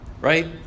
Right